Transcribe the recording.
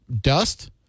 dust